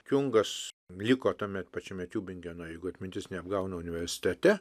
kiungas liko tuomet pačiame tiubingeno jeigu atmintis neapgauna universitete